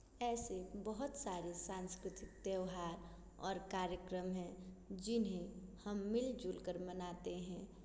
ऐसे बहोत सारे सांस्कृतिक त्यौहार और कार्यक्रम हैं जिन्हें हम मिल जुल कर मनाते हैं